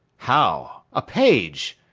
how? a page?